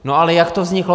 No ale jak to vzniklo?